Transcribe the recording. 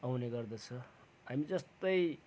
आउने गर्दछ हामी जस्तै